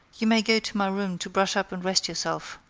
you may go to my room to brush up and rest yourself.